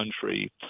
country